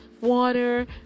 water